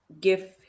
give